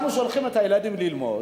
אנחנו שולחים את הילדים ללמוד,